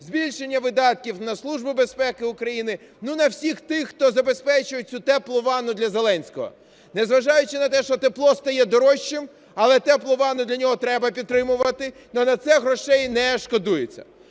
Збільшення видатків на Службу безпеки України, на всіх тих, хто забезпечують цю теплу ванну для Зеленського. Незважаючи на те, що тепло стає дорожчим, але теплу ванну для нього треба підтримувати, і на це грошей не шкодується.